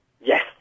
Yes